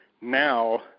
now